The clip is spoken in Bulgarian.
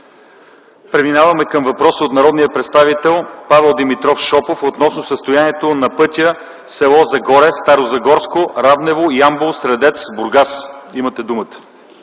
Преминаваме към въпрос от народния представител Павел Димитров Шопов относно състоянието на пътя с. Загоре, Старозагорско–Раднево–Ямбол–Средец–Бургас. Имате думата.